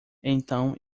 então